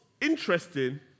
interesting